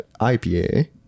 IPA